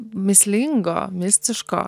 mįslingo mistiško